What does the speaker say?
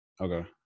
Okay